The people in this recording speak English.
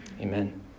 amen